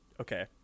okay